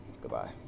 Goodbye